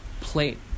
plate